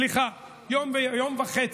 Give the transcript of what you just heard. סליחה, יום וחצי.